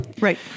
Right